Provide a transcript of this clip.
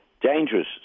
dangerous